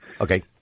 Okay